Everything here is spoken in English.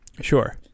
Sure